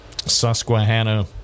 Susquehanna